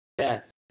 Yes